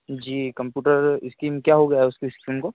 जी computer screen क्या हो गया है उसकी इस्क्रीन को